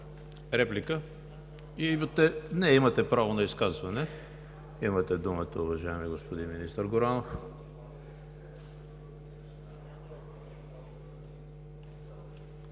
Реплики? Имате право на изказване. Имате думата, уважаеми господин министър Горанов.